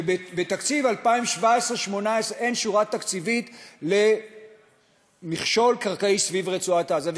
ובתקציב 2017 2018 אין שורה תקציבית למכשול קרקעי סביב רצועת-עזה.